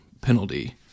penalty